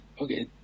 okay